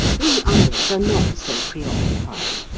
we others are not so preoccupied.